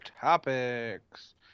topics